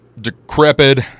decrepit